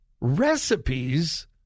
Recipes